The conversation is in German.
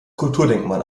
kulturdenkmal